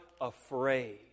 afraid